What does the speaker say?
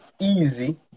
easy